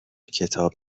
کتاب